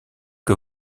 que